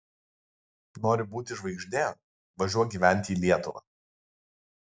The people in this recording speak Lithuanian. nori būti žvaigžde važiuok gyventi į lietuvą